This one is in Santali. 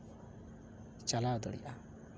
ᱪᱟᱞᱟᱣ ᱫᱟᱲᱤᱭᱟᱜᱼᱟ